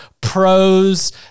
pros